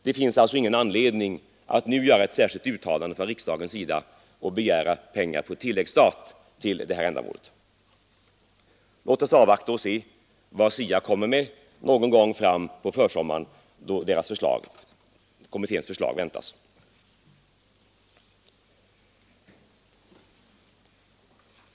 Därför finns det ingen anledning för riksdagen att nu göra ett uttalande och begära pengar på tilläggsstat till det här ändamålet. Låt oss avvakta och se vad SIA kommer med någon gång fram på försommaren då kommitténs förslag väntas.